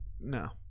No